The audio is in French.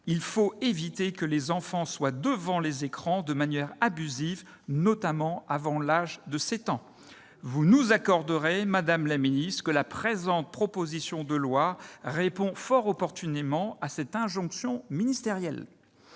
il faut éviter que les enfants soient devant les écrans de manière abusive, notamment avant l'âge de 7 ans. » Vous nous accorderez, madame la secrétaire d'État, que la présente proposition de loi répond fort opportunément à cette injonction ministérielle.